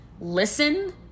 listen